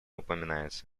упоминается